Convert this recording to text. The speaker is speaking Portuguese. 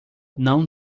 não